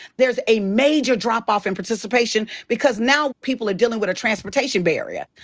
there's a major drop-off in participation. because now people are dealin' with a transportation barrier.